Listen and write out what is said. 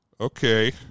Okay